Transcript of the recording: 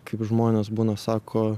kaip žmonės būna sako